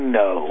no